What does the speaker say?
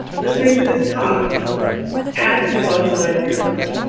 listening to this talk add to the bottom line of your company?